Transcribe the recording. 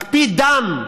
מקפיא דם,